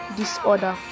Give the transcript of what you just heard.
disorder